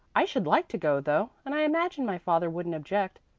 i should like to go, though, and i imagine my father wouldn't object.